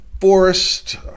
Forest